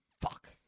Fuck